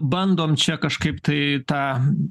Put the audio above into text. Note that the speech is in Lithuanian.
bandom čia kažkaip tai tą